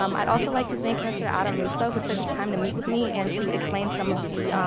um i'd also like to thank mr. adam russo, who took his time to meet with me and to explain some of the,